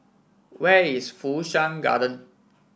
where is Fu Shan Garden